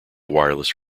wireless